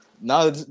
now